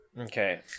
Okay